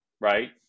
right